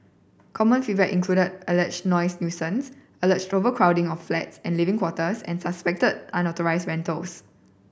common feedback included alleged noise nuisance alleged overcrowding of flats and living quarters and suspected unauthorised rentals